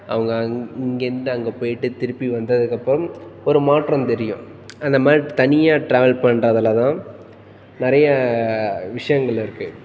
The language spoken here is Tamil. அவங்க அங் இங்கேருந்து அங்கே போய்விட்டுத் திருப்பி வந்து அதுக்கப்புறம் ஒரு மாற்றம் தெரியும் அந்த மாதிரி தனியாக ட்ராவல் பண்ணுறதுல தான் நிறைய விஷயங்கள் இருக்குது